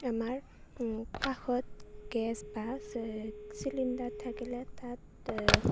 আমাৰ কাষত গেছ বা চিলিণ্ডাৰ থাকিলে তাতে